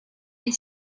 est